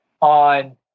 on